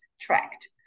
tracked